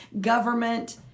government